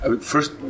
first